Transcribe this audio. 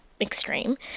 extreme